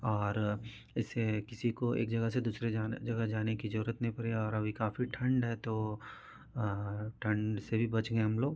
और इसे किसी को एक जगह से दूसरे जग जगह जाने की ज़रूरत नहीं पड़ी और अभी काफी ठंड है तो ठंड से भी बच गए हम लोग